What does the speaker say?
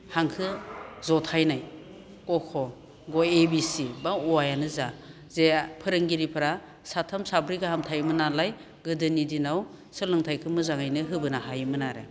हांखो जथायनाय क ख एबा ए बि सि बा अ आयानो जा जे फोरोंगिरिफ्रा साथाम साब्रै गाहाम थायोमोन नालाय गोदोनि दिनाव सोलोंथाइखौ मोजाङैनो होबोनो हायोमोन आरो